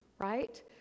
right